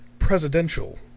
presidential